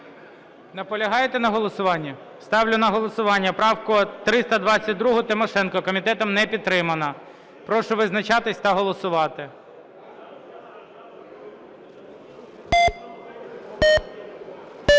Наполягаєте на голосуванні? Ставлю на голосування правку 322 Тимошенко. Комітетом не підтримана. Прошу визначатись та голосувати.